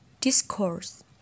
discourse